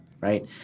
right